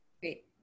Great